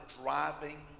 driving